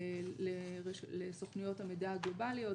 לסוכנויות המידע הגלובאליות,